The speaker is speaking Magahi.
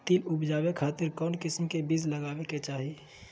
तिल उबजाबे खातिर कौन किस्म के बीज लगावे के चाही?